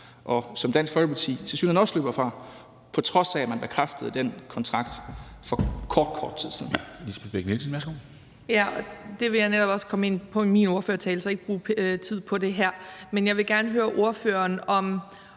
og som Dansk Folkeparti tilsyneladende også løber fra, på trods af at man bekræftede den kontrakt for ganske kort tid siden.